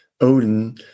odin